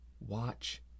Watch